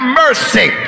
mercy